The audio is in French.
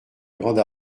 grande